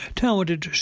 talented